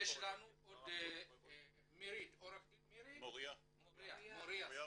אתן את רשות הדיבור לעו"ד מוריה רודריג.